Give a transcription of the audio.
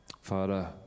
Father